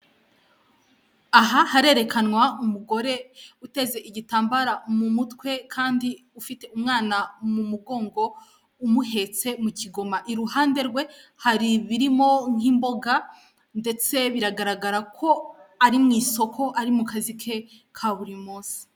Aha harerekanwa umugore uteze igitambaro mu mutwe kandi ufite umwana mu mugongo umuhetse mu kigoma, iruhande rwe hari ibirimo nk'imboga ndetse biragaragara ko ari mu isoko ari mu kazi ke ka buri munsi.